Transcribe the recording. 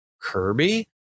Kirby